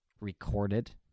Recorded